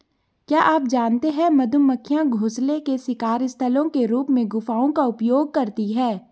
क्या आप जानते है मधुमक्खियां घोंसले के शिकार स्थलों के रूप में गुफाओं का उपयोग करती है?